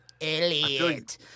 Elliot